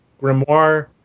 grimoire